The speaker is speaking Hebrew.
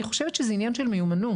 אני חושבת שזה עניין של מיומנות.